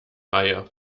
reihe